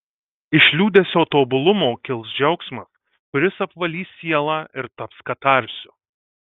iš liūdesio tobulumo kils džiaugsmas kuris apvalys sielą ir taps katarsiu